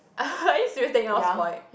are you serious they all spoilt